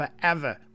forever